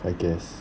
I guess